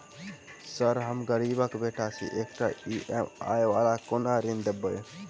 Sir हम गरीबक बेटा छी एकटा ई.एम.आई वला कोनो ऋण देबै?